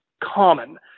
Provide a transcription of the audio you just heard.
common